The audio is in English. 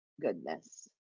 goodness